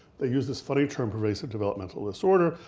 they used this funny term, pervasive developmental disorder,